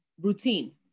routine